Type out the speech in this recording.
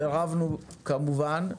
סירבנו כמובן,